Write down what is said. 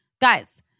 Guys